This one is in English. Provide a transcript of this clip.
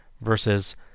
versus